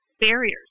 barriers